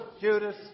Judas